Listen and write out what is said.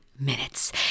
Minutes